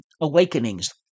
awakenings